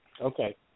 Okay